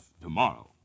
tomorrow